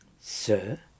Sir